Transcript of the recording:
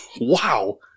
Wow